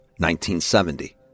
1970